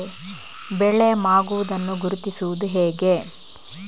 ಬೆಳೆ ಮಾಗುವುದನ್ನು ಗುರುತಿಸುವುದು ಹೇಗೆ?